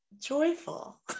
joyful